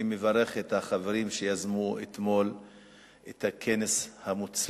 אני מברך את החברים שיזמו את הכנס המוצלח